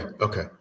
okay